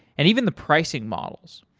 and even the pricing models.